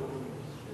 אוקיי.